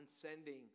transcending